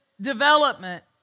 development